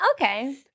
Okay